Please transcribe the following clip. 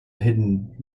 hidden